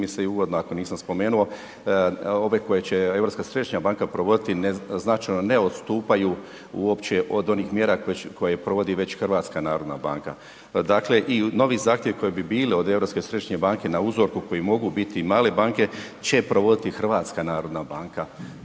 mi se i uvodno, ako nisam spomenuo, ove koje će Europska središnja banka provoditi značajno ne odstupaju uopće od onih mjera koje provodi već HNB. Dakle i novi zahtjevi koji bi bili od Europske središnje banke na uzorku koji mogu biti i male banke će provoditi HNB i prema njima